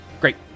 Great